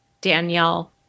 Danielle